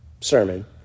sermon